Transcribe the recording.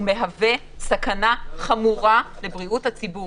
הדבר הזה מהווה סכנה חמורה לבריאות הציבור.